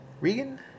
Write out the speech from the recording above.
Regan